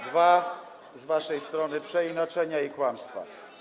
Dwa z waszej strony przeinaczenia i kłamstwa.